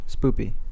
Spoopy